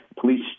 police